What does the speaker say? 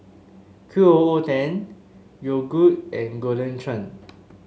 Q O O ten Yogood and Golden Churn